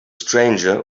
stranger